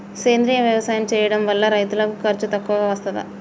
సేంద్రీయ వ్యవసాయం చేయడం వల్ల రైతులకు ఖర్చు తక్కువగా వస్తదా?